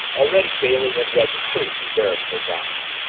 already bailey had read the truth in beresford's eyes.